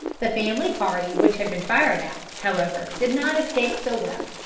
the family party which had been fired at, however, did not escape so well.